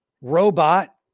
robot